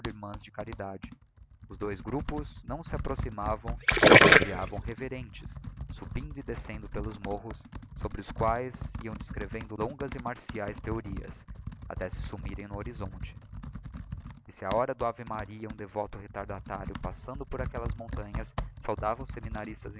irmãs de caridade os dois grupos não se approximavam e se desviavam reverentes subindo e descendo pelos morros sobre os quaes iam descrevendo longas e marciaes theorias até se sumirem no horizonte e si á hora da avemaria um devoto retardatário passando por aquellas montanhas saudava os seminaristas